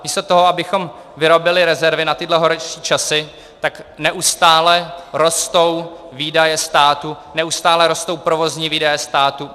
Místo toho, abychom vyrobili rezervy na tyhle horší časy, tak neustále rostou výdaje státu, neustále rostou provozní výdaje státu.